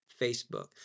Facebook